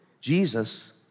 Jesus